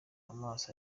amaso